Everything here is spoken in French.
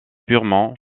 purement